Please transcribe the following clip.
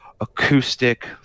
acoustic